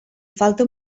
falta